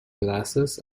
glasses